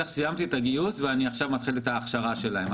לך שסיימתי את הגיוס ואני מתחיל את ההכשרה שלהם.